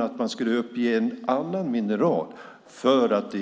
Att man skulle uppge ett annat mineral för att